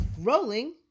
Rolling